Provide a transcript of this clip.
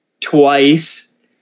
twice